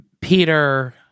peter